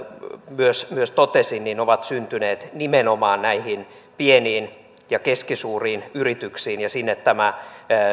myös itse totesin ovat syntyneet nimenomaan näihin pieniin ja keskisuuriin yrityksiin ja siellä tämä